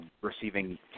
receiving